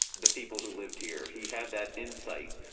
the people who lived here, he had that insight.